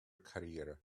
career